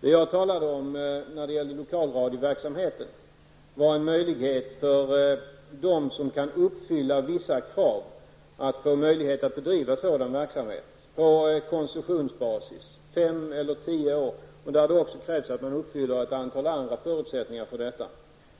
När det gällde lokalradioverksamheten talade jag om en möjlighet för dem som kan uppfylla vissa krav att få bedriva sådan verksamhet på koncessionsbasis under fem eller tio år och där det också krävs att man uppfyller ett antal andra förutsättningar.